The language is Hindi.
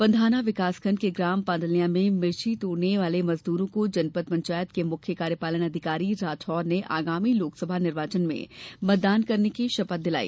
पंधाना विकासखण्ड के ग्राम पाडल्या में मिर्ची तोड़ने वाले मजदूरों को जनपद पंचायत के मुख्य कार्यपालन अधिकारी राठौर ने आगामी लोकसभा निर्वाचन में मतदान करने की शपथ दिलाई